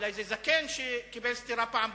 אולי זה זקן שקיבל סטירה פעם במחסום.